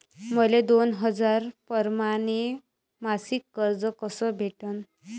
मले दोन हजार परमाने मासिक कर्ज कस भेटन?